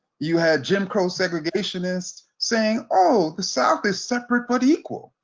you had jim crow segregationists saying oh the south is separate but equal.